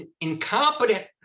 incompetent